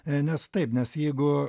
nes taip nes jeigu